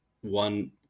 one